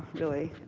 really,